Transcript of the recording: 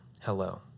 hello